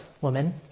woman